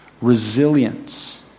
resilience